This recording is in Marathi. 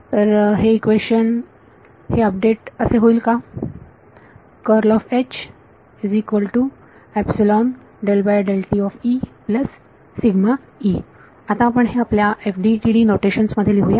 तर हे इक्वेशन हे अपडेट इक्वेशन असे होईल का आता आपण हे आपल्या FDTD नोटेशन्स मध्ये लिहूया